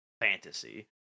fantasy